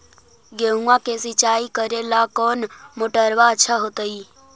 गेहुआ के सिंचाई करेला कौन मोटरबा अच्छा होतई?